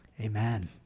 Amen